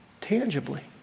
tangibly